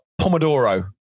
Pomodoro